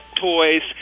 toys